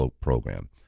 program